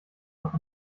noch